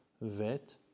vet